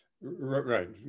Right